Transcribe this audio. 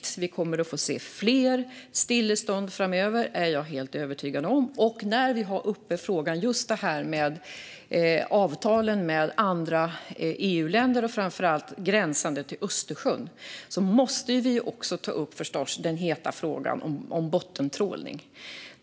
Att vi kommer att få se fler stillestånd framöver är jag helt övertygad om. När vi har frågan uppe om just avtalen med andra EU-länder, framför allt de gränsande till Östersjön, måste vi förstås också ta upp den heta frågan om bottentrålning.